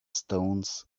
stones